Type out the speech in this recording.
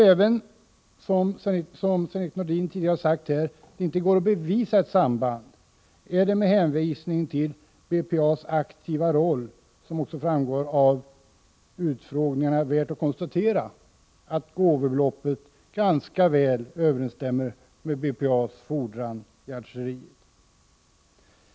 Även om — som Sven-Erik Nordin tidigare sagt här — att det inte går att bevisa ett samband, är det med hänvisning till BPA:s aktiva roll, som framgår av utfrågningarna, värt att konstatera att gåvobeloppet ganska väl överensstämmer med BPA:s fordran i Algeriet.